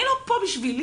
אני לא פה בשבילי.